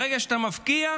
ברגע שאתה מבקיע,